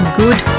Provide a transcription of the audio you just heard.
good